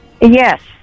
Yes